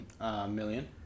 million